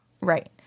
right